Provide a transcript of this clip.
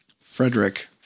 Frederick